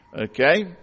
Okay